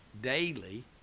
daily